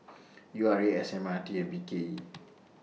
U R A S M R T and B K E